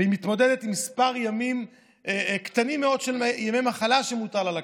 והיא מתמודדת עם מספר קטן מאוד של ימי מחלה שמותר לה לקחת.